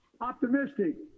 optimistic